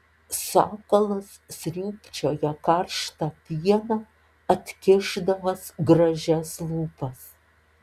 sakalas sriūbčioja karštą pieną atkišdamas gražias lūpas